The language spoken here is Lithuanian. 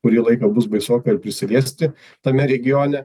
kurį laiką bus baisoka ir prisiliesti tame regione